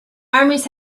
armies